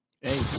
Hey